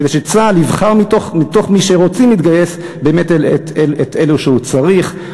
כדי שצה"ל יבחר מתוך מי שרוצים להתגייס את אלה שהוא צריך.